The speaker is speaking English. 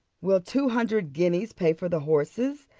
will two hundred guineas pay for the horses?